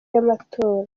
y’amatora